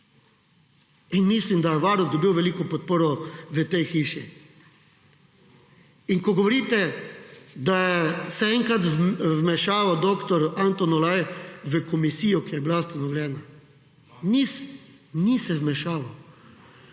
in mislim, da je varuh dobil veliko podporo v tej hiši. In ko govorite, da se je enkrat vmešaval dr. Anton Olaj, v komisijo, ki je bila ustanovljena. Ni se vmešaval,